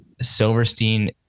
Silverstein